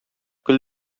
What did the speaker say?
көл